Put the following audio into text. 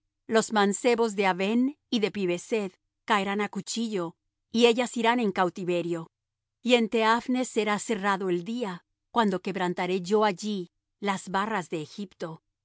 los mancebos de avén y de pibeseth caerán á cuchillo y ellas irán en cautiverio y en tehaphnes será cerrado el día cuando quebrantaré yo allí las barras de egipto